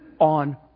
on